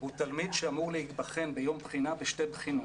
הוא תלמיד שאמור להבחן ביום בחינה בשתי בחינות.